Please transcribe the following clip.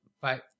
Bye